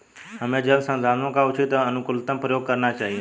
हमें जल संसाधनों का उचित एवं अनुकूलतम प्रयोग करना चाहिए